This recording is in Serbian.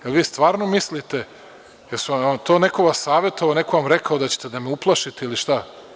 Da li vi stvarno mislite, je li vas to neko savetovao, neko vam je rekao da ćete da me uplašite ili šta?